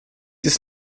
ist